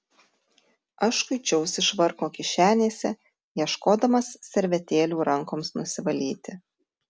aš kuičiausi švarko kišenėse ieškodamas servetėlių rankoms nusivalyti